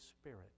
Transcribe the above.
spirit